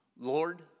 Lord